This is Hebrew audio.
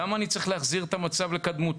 למה אני צריך להחזיר את המצב לקדמותו?